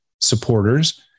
supporters